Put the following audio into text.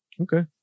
Okay